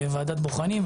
בוועדת בוחנים.